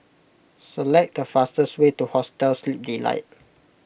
select the fastest way to Hostel Sleep Delight